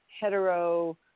hetero